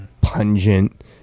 pungent